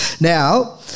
Now